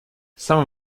some